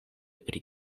pri